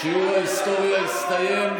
שיעור ההיסטוריה הסתיים,